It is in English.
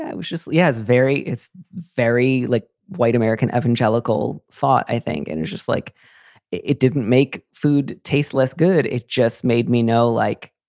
was just. yes, very it's very like white american evangelical thought, i think. and it's just like it didn't make food taste less good. it just made me know, like,